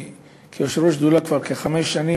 שכיושב-ראש השדולה כבר כחמש שנים,